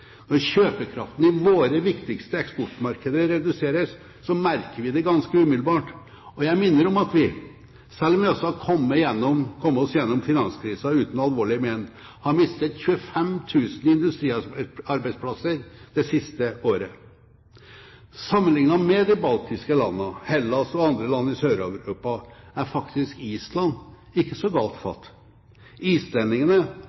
Når kjøpekraften i våre viktigste eksportmarkeder reduseres, merker vi det ganske umiddelbart. Og jeg minner om at vi, selv om vi altså har kommet oss igjennom finanskrisen uten alvorlig men, har mistet 25 000 industriarbeidsplasser det siste året. Sammenliknet med i de baltiske landene, i Hellas og i andre land i Sør-Europa er det faktisk ikke så galt